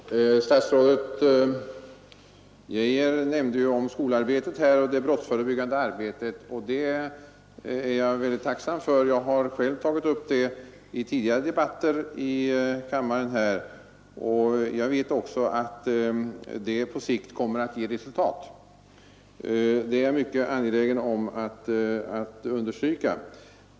Herr talman! Statsrådet Geijer nämnde skolarbetet och det brottsförebyggande arbetet, och det är jag mycket tacksam för. Jag har själv tagit upp detta i tidigare debatter i kammaren. Jag vet också att det på sikt kommer 'att ge resultat — det är jag mycket angelägen om att understryka.